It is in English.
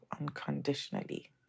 unconditionally